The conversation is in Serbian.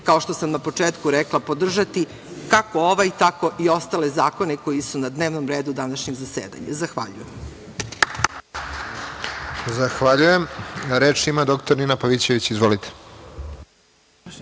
kao što sam na početku rekla, podržati kako ovaj, tako i ostale zakone koji su na dnevnom redu današnjeg zasedanja. Zahvaljujem. **Radovan Tvrdišić** Reč ima dr Nina Pavićević. Izvolite.